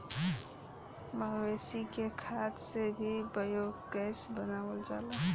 मवेशी के खाद से भी बायोगैस बनावल जाला